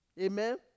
Amen